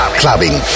clubbing